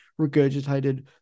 regurgitated